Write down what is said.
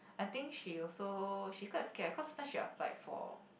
I think she also she's quite scared cause that time she applied for